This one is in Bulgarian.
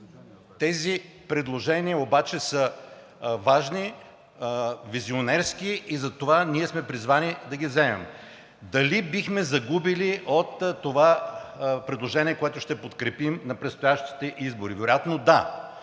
Тези предложения обаче са важни, визионерски и затова ние сме призвани да ги вземем. Дали бихме загубили от това предложение, което ще подкрепим на предстоящите избори? Вероятно да,